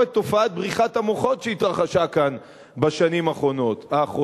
את תופעת בריחת המוחות שהתרחשה כאן בשנים האחרונות,